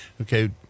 okay